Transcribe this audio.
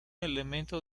elemento